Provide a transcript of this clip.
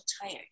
tired